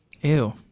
Ew